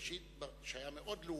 שהיה מאוד לאומי,